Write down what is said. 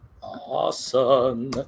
awesome